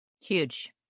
huge